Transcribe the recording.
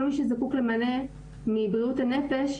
וכל מי שזקוק למענה מבריאות הנפש,